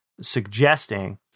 suggesting